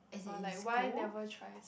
or like why never try